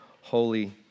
Holy